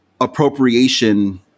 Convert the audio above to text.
appropriation